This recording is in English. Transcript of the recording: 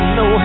no